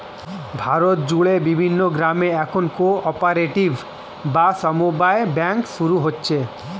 ভারত জুড়ে বিভিন্ন গ্রামে এখন কো অপারেটিভ বা সমব্যায় ব্যাঙ্ক শুরু হচ্ছে